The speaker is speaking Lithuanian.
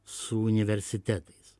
su universitetais